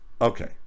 okay